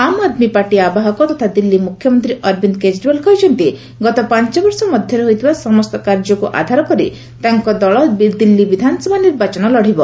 ଆମ୍ ଆଦମୀ ପାର୍ଟି ଆବାହକ ତଥା ଦିଲ୍ଲୀ ମୁଖ୍ୟମନ୍ତ୍ରୀ ଅରବିନ୍ଦ କେଜରିୱାଲ କହିଛନ୍ତି ଗତ ପାଞ୍ଚବର୍ଷ ମଧ୍ୟରେ ହୋଇଥିବା ସମସ୍ତ କାର୍ଯ୍ୟକୁ ଆଧାର କରି ତାଙ୍କ ଦଳ ଦିଲ୍ଲୀ ବିଧାନସଭା ନିର୍ବାଚନ ଲଢ଼ିବ